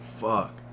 Fuck